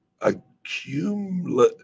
accumulate